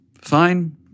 Fine